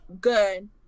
good